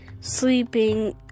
Sleeping